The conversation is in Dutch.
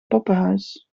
poppenhuis